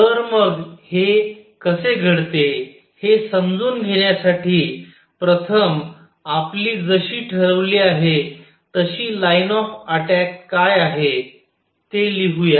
तर मग हे कसे घडते हे समजून घेण्यासाठी प्रथम आपली जशी ठरवली आहे तशी लाईन ऑफ अटॅक काय आहे ते लिहू या